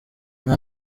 nta